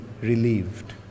relieved